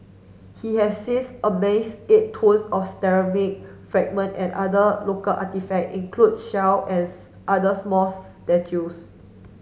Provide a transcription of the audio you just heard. he has since amassed eight tonnes of ceramic fragment and other local artefact include shell as other smalls statues